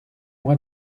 moi